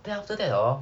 then after that hor